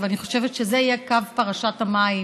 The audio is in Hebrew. ואני חושבת שזה יהיה קו פרשת המים